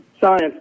science